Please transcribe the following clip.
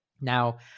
Now